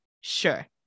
Sure